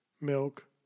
milk